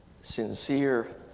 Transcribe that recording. sincere